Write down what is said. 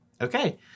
Okay